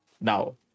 now